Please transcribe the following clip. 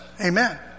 Amen